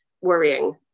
worrying